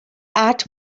act